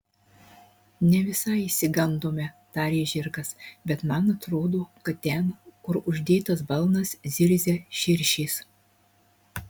ne visai išsigandome tarė žirgas bet man atrodo kad ten kur uždėtas balnas zirzia širšės